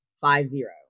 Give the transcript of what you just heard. Five-zero